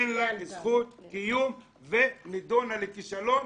אין לה זכות קיום והיא נידונה לכישלון,